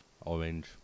Orange